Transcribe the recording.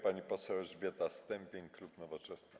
Pani poseł Elżbieta Stępień, klub Nowoczesna.